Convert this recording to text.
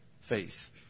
faith